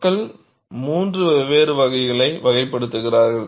மக்கள் 3 வெவ்வேறு வகைகளை வகைப்படுத்துகிறார்கள்